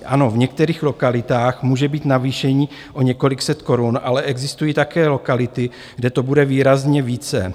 Ano, v některých lokalitách může být navýšení o několik set korun, ale existují také lokality, kde to bude výrazně více.